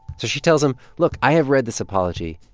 so she tells him, look i have read this apology.